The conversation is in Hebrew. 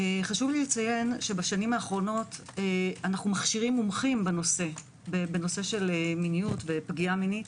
בשנים האחרונות אנו מכשירים מומחים בנושא של מיניות ופגיעה מינית.